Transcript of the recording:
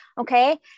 Okay